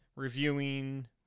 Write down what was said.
reviewing